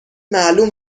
معلوم